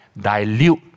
dilute